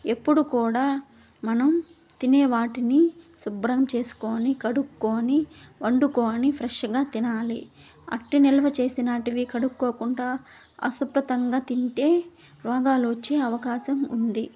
ఎప్పుడూ కూడా మనం తినే వాటిని శుభ్రం చేసుకోని కడుక్కోని వండుకోని ఫ్రెష్గా తినాలి అట్టి నిల్వ చేసినాటివి కడక్కోకుండా అశుభ్రంగా తింటే రోగాలు వచ్చే అవకాశం ఉంది